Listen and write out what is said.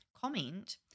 comment